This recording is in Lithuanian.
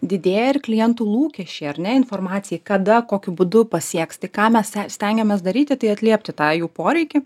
didėja ir klientų lūkesčiai ar ne informacijai kada kokiu būdu pasieks tai ką mes stengiamės daryti tai atliepti tą jų poreikį